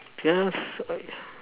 just